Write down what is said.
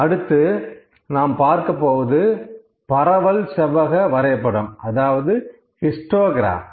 அடுத்து நாம் பார்க்கப் போவது பரவல் செவ்வக வரைபடம் அதாவது ஹிஸ்டோகிரம்